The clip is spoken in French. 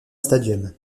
stadium